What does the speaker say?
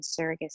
surrogacy